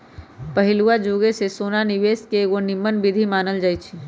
पहिलुआ जुगे से सोना निवेश के एगो निम्मन विधीं मानल जाइ छइ